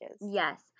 Yes